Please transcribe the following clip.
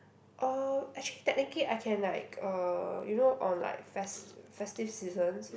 or actually technically I can like uh you know on like fes~ festive seasons